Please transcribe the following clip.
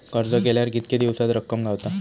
अर्ज केल्यार कीतके दिवसात रक्कम गावता?